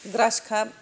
ग्रास खाफ